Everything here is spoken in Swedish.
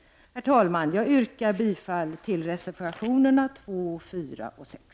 Herr talman! Jag yrkar bifall till reservationerna 2, 4 och 6.